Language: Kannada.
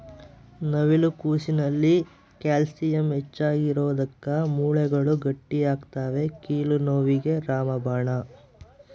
ನವಿಲು ಕೋಸಿನಲ್ಲಿ ಕ್ಯಾಲ್ಸಿಯಂ ಹೆಚ್ಚಿಗಿರೋದುಕ್ಕ ಮೂಳೆಗಳು ಗಟ್ಟಿಯಾಗ್ತವೆ ಕೀಲು ನೋವಿಗೆ ರಾಮಬಾಣ